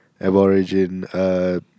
Aboriginal